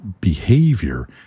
behavior